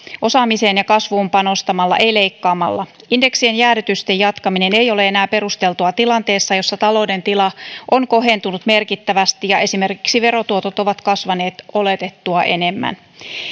osaamiseen ja kasvuun panostamalla ei leikkaamalla indeksien jäädytysten jatkaminen ei ole enää perusteltua tilanteessa jossa talouden tila on kohentunut merkittävästi ja esimerkiksi verotuotot ovat kasvaneet oletettua enemmän